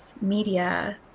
media